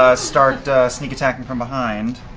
ah start sneak attack and from behind.